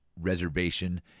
Reservation